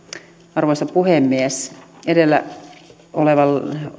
arvoisa puhemies edellä olevan